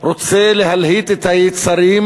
רוצה להלהיט את היצרים